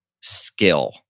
skill